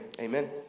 Amen